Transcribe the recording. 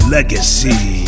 Legacy